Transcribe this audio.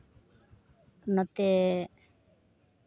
ᱱᱚᱛᱮ